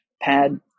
pad